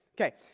Okay